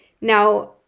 Now